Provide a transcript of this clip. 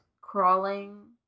Crawling